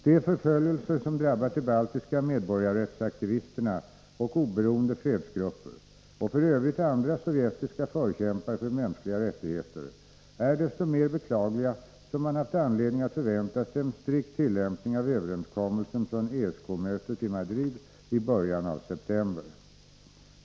De förföljelser som drabbat de baltiska medborgarrättsaktivisterna och oberoende fredsgrupper — och f. ö. andra sovjetiska förkämpar för mänskliga rättigheter — är desto mer beklagliga som man haft anledning att förvänta sig en strikt tillämpning av överenskommelsen från ESK-mötet i Madrid i början av september.